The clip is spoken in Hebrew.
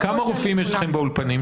כמה רופאים יש לכם באולפנים?